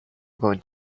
going